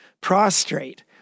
prostrate